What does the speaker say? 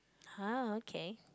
!huh! okay